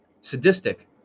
sadistic